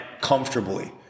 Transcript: comfortably